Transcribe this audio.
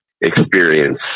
experience